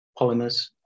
polymers